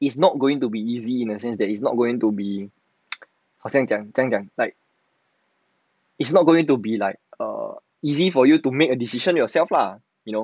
is not going to be easy in the sense that it's not going to be 好像讲这样讲 it's not going to be easy to make a decision for yourself lah you know